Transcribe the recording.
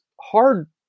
hard